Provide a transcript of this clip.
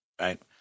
right